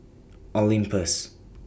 Olympus